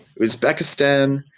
Uzbekistan